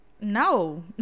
No